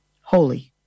Holy